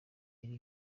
iri